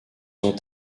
ont